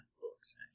books